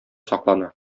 саклана